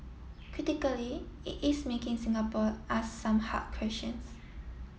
critically it is making Singapore ask some hard questions